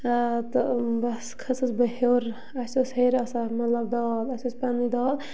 تہٕ بَس کھٔژٕس بہٕ ہیوٚر اَسہِ ٲس ہیٚرِ آسان مطلب دال اَسہِ ٲسۍ پَنٕنۍ دال